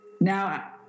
now